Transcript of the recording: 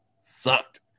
sucked